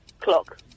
Clock